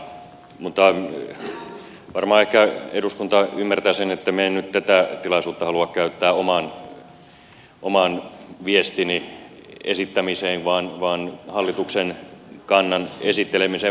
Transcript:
mutta varmaan ehkä eduskunta ymmärtää sen että minä en nyt tätä tilaisuutta halua käyttää oman viestini esittämiseen vaan hallituksen kannan esittelemiseen